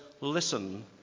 Listen